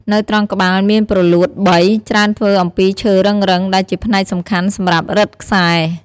នៅត្រង់ក្បាលមានព្រលួតបី ច្រើនធ្វើអំពីឈើរឹងៗ ដែលជាផ្នែកសំខាន់សម្រាប់រឹតខ្សែ។